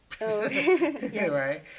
right